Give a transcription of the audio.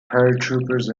paratroopers